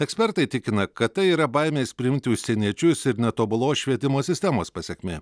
ekspertai tikina kad tai yra baimės priimti užsieniečius ir netobulos švietimo sistemos pasekmė